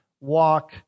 walk